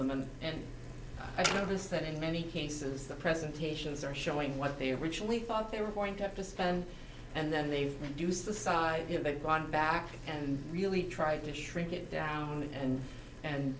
goldman and i've noticed that in many cases the presentations are showing what they originally thought they were going to have to spend and then they do suicide you know they've gone back and really tried to shrink it down and and